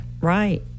Right